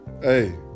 Hey